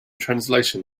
translation